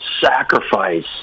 sacrifice